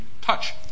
touch